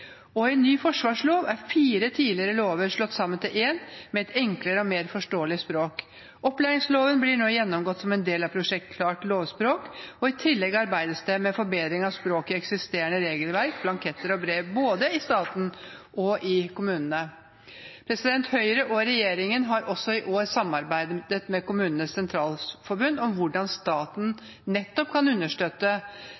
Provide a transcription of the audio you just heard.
ny forsvarslov er fire tidligere lover slått sammen til én, med et enklere og mer forståelig språk. Opplæringsloven blir nå gjennomgått som del av prosjektet Klart lovspråk. I tillegg arbeides det med forbedring av språket i eksisterende regelverk, blanketter og brev, både i staten og i kommunene. Høyre og regjeringen har også i år samarbeidet med KS om hvordan staten